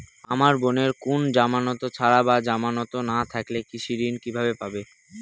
আমার বোনের কোন জামানত ছাড়া বা জামানত না থাকলে কৃষি ঋণ কিভাবে পাবে?